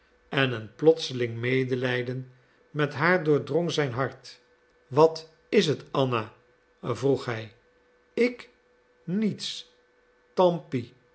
en een plotseling medelijden met haar doordrong zijn hart was is het anna vroeg hij ik niets